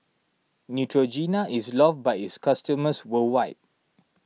Neutrogena is loved by its customers worldwide